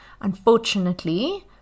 Unfortunately